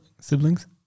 siblings